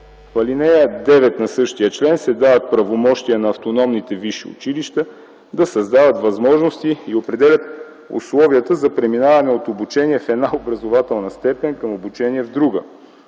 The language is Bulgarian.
В ал. 9 на същия член се дават правомощия на автономните висши училища да създават възможности и да определят условията за преминаване от обучение в една образователна степен към обучение в друга,